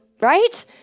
right